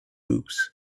books